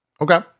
Okay